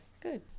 Good